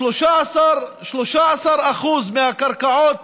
13% מהקרקעות